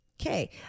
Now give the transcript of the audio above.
Okay